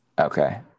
Okay